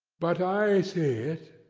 but i see it,